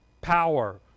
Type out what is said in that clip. power